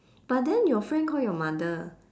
but then your friend call your mother